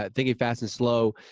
ah thinking fast and slow.